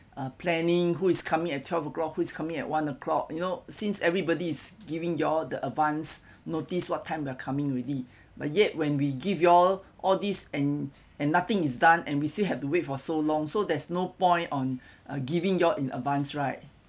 uh planning who is coming at twelve o'clock who is coming at one o'clock you know since everybody is giving you all the advance notice what time we are coming already but yet when we give you all all these and and nothing is done and we still have to wait for so long so there's no point on uh giving you all in advance right